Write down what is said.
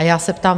Já se ptám.